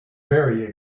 very